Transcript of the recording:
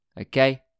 okay